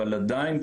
אבל עדיין,